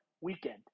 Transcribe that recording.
weekend